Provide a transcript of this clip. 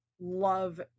love